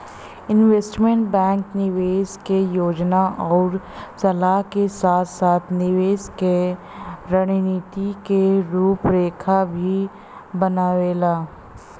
investment bank निवेश क योजना आउर सलाह के साथ साथ निवेश क रणनीति क रूपरेखा भी बनावेला